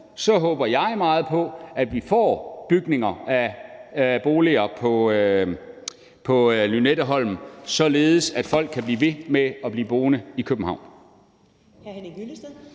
håber jeg meget på, at vi får bygning af boliger på Lynetteholm, således at folk kan blive ved med at bo i København.